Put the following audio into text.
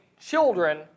children